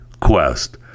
Quest